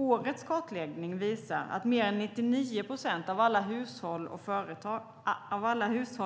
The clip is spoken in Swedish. Årets kartläggning visar att mer än 99 procent av alla hushåll och